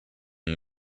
you